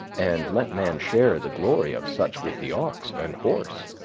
and let man share the glory of such with the ox and horse